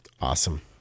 awesome